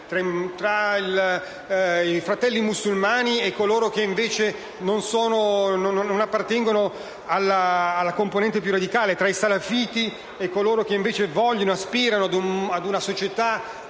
tra i fratelli musulmani e coloro che invece non appartengono alla componente più radicale), tra i salafiti e coloro che invece aspirano ad una società